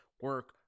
Work